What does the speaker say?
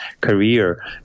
career